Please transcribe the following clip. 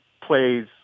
plays